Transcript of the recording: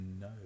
No